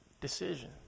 decision